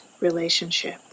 relationship